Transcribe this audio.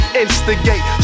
instigate